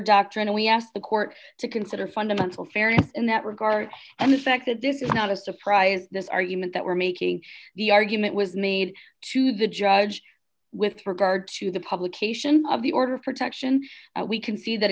doctrine we asked the court to consider fundamental fairness in that regard and the fact that this is not a surprise this argument that we're making the argument was made to the judge with regard to the publication of the order of protection we can see that